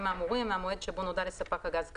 האמורים מהמועד שבו נודע לספק הגז כאמור.